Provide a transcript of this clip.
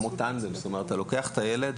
זאת אומרת אתה לוקח את הילד,